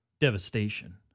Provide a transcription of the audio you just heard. devastation